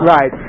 Right